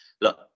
look